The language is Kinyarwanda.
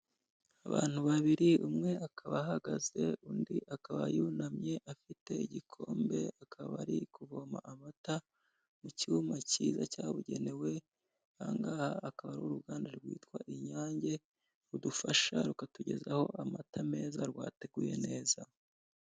Ubantu babiri; umwe akaba ahagaze, undi akaba yunamye, afite igikombe, akaba ari kuvoma amata mu cyuma cyiza cyabugenewe, ahangaha akaba ari uruganda rwitwa Inyange, rudufasha rukatugezaho amata meza rwateguye neza.